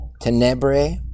tenebre